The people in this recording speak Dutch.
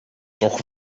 toch